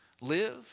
live